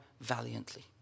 valiantly